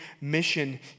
mission